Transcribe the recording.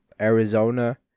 Arizona